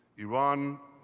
iran